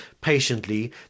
patiently